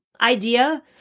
idea